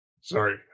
Sorry